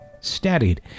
steadied